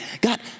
God